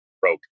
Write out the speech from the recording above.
broke